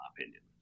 opinion